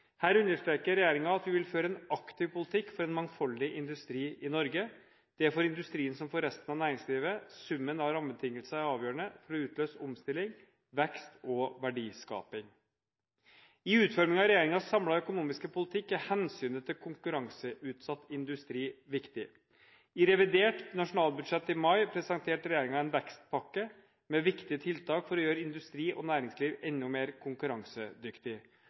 Her understreker regjeringen at den vil føre en aktiv politikk for en mangfoldig industri i Norge. Det er for industrien som for resten av næringslivet summen av rammebetingelser som er avgjørende for å utløse omstilling, vekst og verdiskaping. I utformingen av regjeringens samlede økonomiske politikk er hensynet til konkurranseutsatt industri viktig. I revidert nasjonalbudsjett i mai presenterte regjeringen en vekstpakke med viktige tiltak for å gjøre industri og næringsliv enda mer konkurransedyktig.